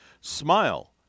Smile